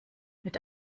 mit